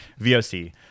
VOC